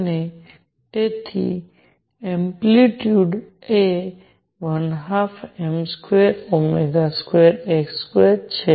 અને તેથી એમ્પ્લિટ્યુડ એ 12m22A2 છે